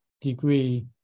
degree